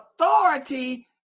authority